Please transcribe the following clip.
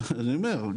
אז אני אומר,